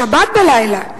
בשבת בלילה,